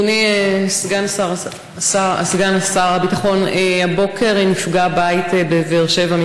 אדוני סגן שר הביטחון, הבוקר נפגע בית בבאר שבע.